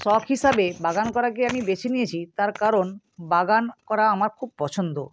শখ হিসাবে বাগান করাকে আমি বেছে নিয়েছি তার কারণ বাগান করা আমার খুব পছন্দ